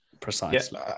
Precisely